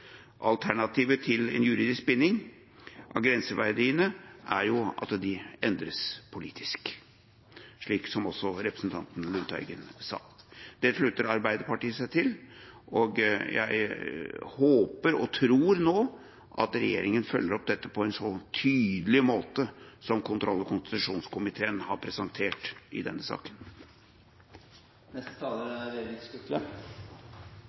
Alternativet til en juridisk binding av grenseverdiene er at de endres politisk, slik som også representanten Lundteigen sa. Dette slutter Arbeiderpartiet seg til, og jeg håper og tror nå at regjeringa følger opp dette på en så tydelig måte som kontroll- og konstitusjonskomiteen har presentert i denne